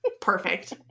Perfect